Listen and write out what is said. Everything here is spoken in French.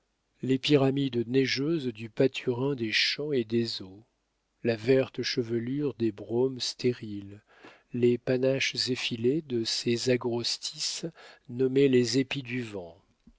les pyramides neigeuses du paturin des champs et des eaux la verte chevelure des bromes stériles les panaches effilés de ces agrostis nommés les épis du vent